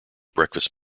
breakfast